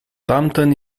tamten